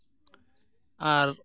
ᱟᱨ